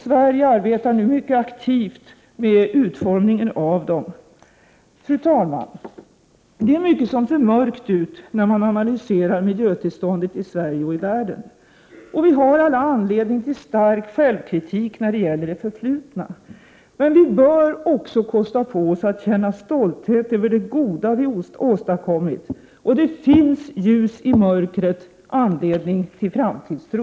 Sverige arbetar nu mycket aktivt med utformningen av dem. Fru talman! Det är mycket som ser mörkt ut när man analyserar miljötillståndet i Sverige och i världen. Och vi har alla anledning till stark självkritik när det gäller det förflutna. Men vi bör också kosta på oss att känna stolthet över det goda vi åstadkommit. Och det finns ljus i mörkret, anledning till framtidstro!